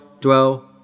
dwell